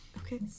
Okay